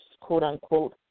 quote-unquote